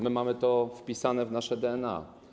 My mamy to wpisane w nasze DNA.